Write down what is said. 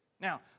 Now